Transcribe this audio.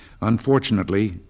Unfortunately